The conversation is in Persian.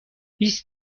بیست